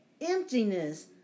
emptiness